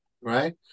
right